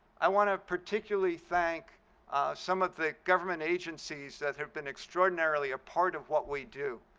i want to particularly thank some of the government agencies that have been extraordinarily a part of what we do.